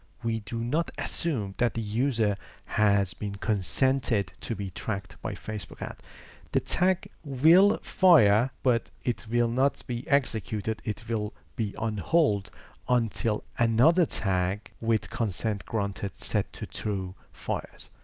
we do not assume that the user has been consented to be tracked by facebook and the tag will fire but it will not be executed it will be on hold until another tag with consent granted set to true fires.